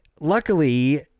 luckily